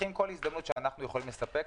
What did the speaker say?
צריכים כל הזדמנות שאנחנו יכולים לספק